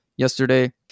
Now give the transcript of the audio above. Yesterday